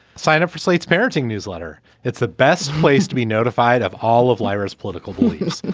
sign up for slate's parenting newsletter. it's the best place to be notified of all of lyra's political beliefs.